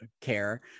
care